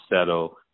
settle